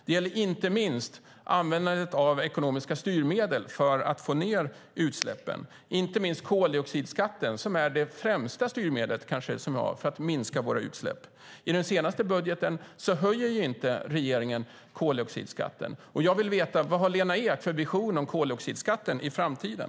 Det gäller inte minst användandet av ekonomiska styrmedel för att få ned utsläppen. Det handlar i hög grad om koldioxidskatten, som kanske är det främsta styrmedel vi har för att minska våra utsläpp. I den senaste budgeten höjer inte regeringen koldioxidskatten. Jag vill veta vad Lena Ek har för vision om koldioxidskatten i framtiden.